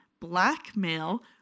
blackmail